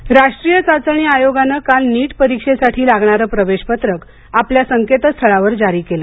नीट राष्ट्रीय चाचणी आयोगाने काल नीट परीक्षेसाठी लागणारं प्रवेश पत्रक आपल्या संकेतस्थळावर जारी केलं